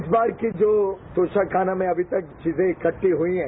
इस बार की जो तोषाखाना में अभी तक चीजें इकट्टी हुई हैं